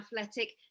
Athletic